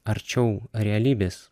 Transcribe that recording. arčiau realybės